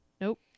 nope